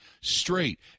straight